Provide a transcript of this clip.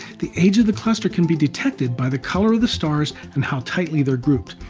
the age of the cluster can be detected by the color of the stars and how tightly they are grouped.